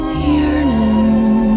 yearning